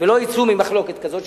ולא יצאו מהמחלוקת הזאת,